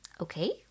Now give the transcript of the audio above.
okay